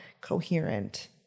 coherent